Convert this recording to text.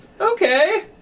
okay